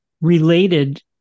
related